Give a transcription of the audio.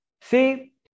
See